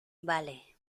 vale